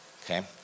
Okay